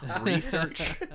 research